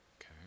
Okay